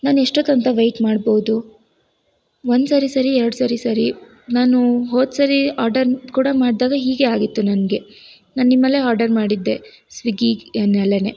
ನಾನು ಎಷ್ಟೊತ್ತು ಅಂತ ವೇಯ್ಟ್ ಮಾಡ್ಬೌದು ಒಂದು ಸಾರಿ ಸರಿ ಎರಡು ಸಾರಿ ಸರಿ ನಾನು ಹೋದ ಸಾರಿ ಆರ್ಡರನ್ನ ಕೂಡ ಮಾಡಿದಾಗ ಹೀಗೇ ಆಗಿತ್ತು ನನಗೆ ನಾನು ನಿಮ್ಮಲ್ಲೇ ಆರ್ಡರ್ ಮಾಡಿದ್ದೆ ಸ್ವಿಗ್ಗಿ ಎನ್ರಲ್ಲೆನೆ